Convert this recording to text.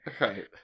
Right